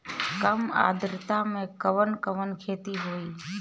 कम आद्रता में कवन कवन खेती होई?